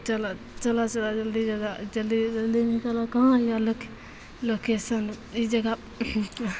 चलऽ चलऽ चलऽ जल्दी जरा जल्दी जल्दीमे निकलऽ कहाँ हिअऽ लोके लोकेशन ई जगह